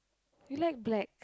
you like black